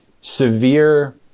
severe